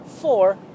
Four